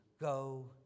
go